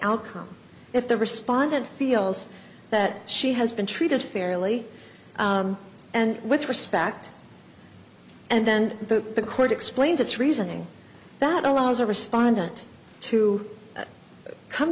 outcome if the respondent feels that she has been treated fairly and with respect and then the court explains its reasoning that allows a respondent to come